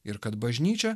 ir kad bažnyčia